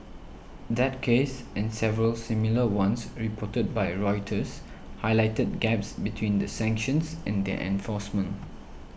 that case and several similar ones reported by Reuters Highlighted Gaps between the sanctions and their enforcement